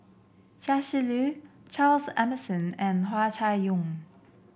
Chia Shi Lu Charles Emmerson and Hua Chai Yong